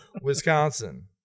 Wisconsin